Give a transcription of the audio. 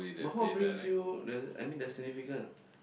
but what brings you I mean the significance